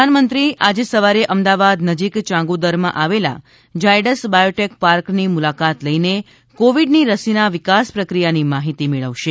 પ્રધાનમંત્રી આજે સવારે અમદાવાદ નજીક ચાંગોદરમાં આવેલા ઝાયડ્સ બાયોટેક પાર્કની મુલાકાત લઈને કોવિડની રસીના વિકાસ પ્રક્રિયાની માહિતી મેળવશે